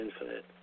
infinite